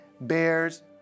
bears